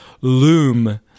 Loom